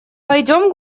пойдем